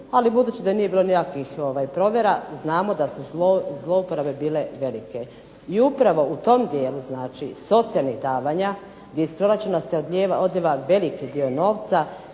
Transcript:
ali budući da nije bilo nikakvih provjera znamo da su zlouporabe bile velike. I upravo u tom dijelu znači socijalnog davanja, gdje iz proračuna se odlijeva velik dio novca,